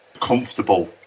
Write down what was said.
comfortable